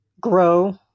grow